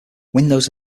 windows